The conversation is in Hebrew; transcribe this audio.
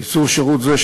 קיצור שירות זה,